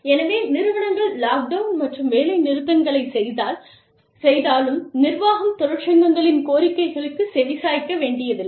எனவே நிறுவனங்கள் லாக்டவுன் மற்றும் வேலைநிறுத்தங்களை செய்தாலும் நிர்வாகம் தொழிற்சங்கங்களின் கோரிக்கைகளுக்கு செவி சாய்க்க வேண்டியதில்லை